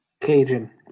Cajun